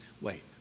Wait